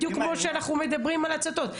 בדיוק כמו שאנחנו מדברים על הצתות.